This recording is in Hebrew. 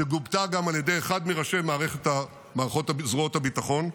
שגובתה גם על ידי אחד מראשי זרועות הביטחון,